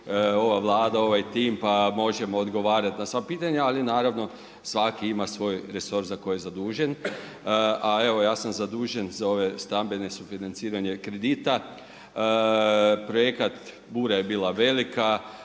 ova Vlada, ovaj tim, pa možemo odgovarati na sva pitanja ali naravno svaki ima svoj resor za koji je zadužen. A evo ja sam zadužen za ove stambene, sufinanciranje kredita. Projekat, bura je bila velika,